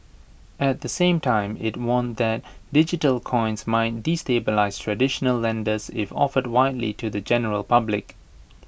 at the same time IT warned that digital coins might destabilise traditional lenders if offered widely to the general public